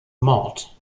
mord